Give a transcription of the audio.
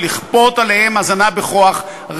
של לכפות עליהם הזנה בכוח,